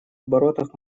оборотах